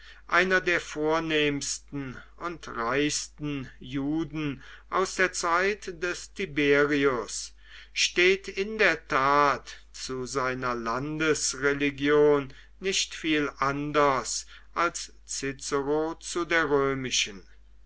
einer der vornehmsten und reichsten juden aus der zeit des tiberius steht in der tat zu seiner landesreligion nicht viel anders als cicero zu der römischen